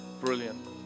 Brilliant